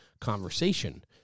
conversation